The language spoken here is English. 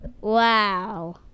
Wow